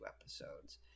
episodes